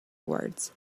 words